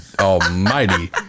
almighty